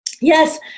Yes